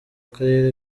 akarere